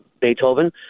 Beethoven